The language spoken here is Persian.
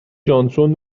جانسون